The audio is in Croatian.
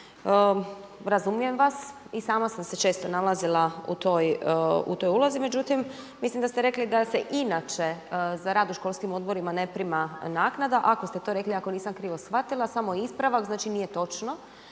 Razumijem vas, i sama sam se često nalazila u toj ulozi. Međutim, mislim da ste rekli da se inače za rad u školskim odborima ne prima naknada, ako ste to rekli ako nisam krivo shvatila, samo ispravak. Znači, nije točno.